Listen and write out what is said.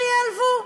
שייעלבו.